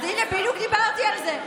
אז הינה, בדיוק דיברתי על זה.